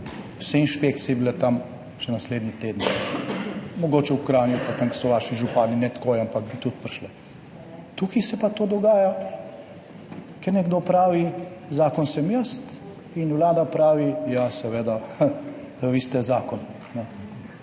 Vse inšpekcije bi bile tam že naslednji teden, mogoče v Kranju pa tam, kjer so vaši župani, ne takoj, ampak bi tudi prišle. Tukaj se pa to dogaja, ker nekdo pravi, zakon sem jaz. In Vlada pravi, ja, seveda, vi ste zakon,